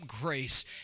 grace